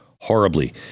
horribly